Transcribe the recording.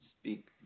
speak